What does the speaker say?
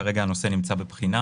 כרגע הנושא נמצא בבחינה,